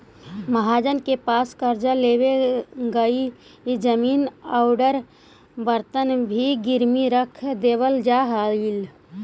महाजन के पास कर्जा लेवे लगी इ जमीन औउर बर्तन भी गिरवी रख देवल जा हलई